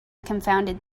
confounded